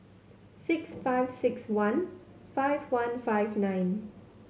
six five six one five one five nine